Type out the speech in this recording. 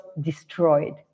destroyed